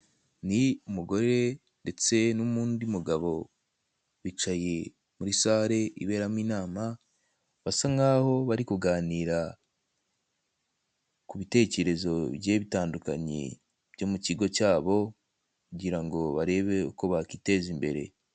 Ni umugore ndetse n'undi mugabo bicaye muri sare iberamo inama, basa nkaho bari kuganira ku bitekerezo bigiye bitandukanye byo mu kigo cyabo kugira ngo barebe uko bakiteza imbere.